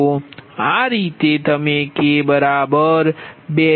તો આ રીતે તમે k 23